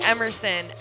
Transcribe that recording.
Emerson